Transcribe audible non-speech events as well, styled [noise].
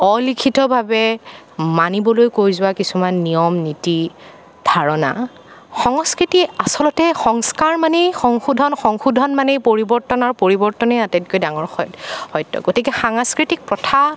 অলিখিতভাৱে মানিবলৈ কৈ যোৱা কিছুমান নিয়ম নীতি ধাৰণা সংস্কৃতি আচলতে সংস্কাৰ মানেই সংশোধন সংশোধন মানেই পৰিৱৰ্তন আৰু পৰিৱৰ্তনেই আটাইতকৈ ডাঙৰ [unintelligible] সত্য গতিকে সাংস্কৃতিক প্ৰথা